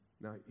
now